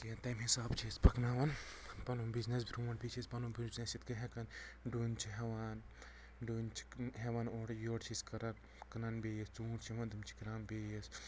کہینۍ تمہِ حساب چھِ أسۍ پکناوان پنُن بِزنٮ۪س برٛونٛٹھ بیٚیہِ چھِ أسۍ پنُن بِزنٮ۪س یِتھ کٔنۍ ہٮ۪کان ڈوٗنۍ چھِ ہٮ۪وان ڈوٗنۍ چھِ ہٮ۪وان اورٕ یورٕ چھِ أسۍ کران کٕنان بیٚیِس ژوٗنٹۍ چھِ ہٮ۪وان تِم چھِ کٕنان بیٚیِس